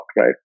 right